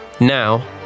Now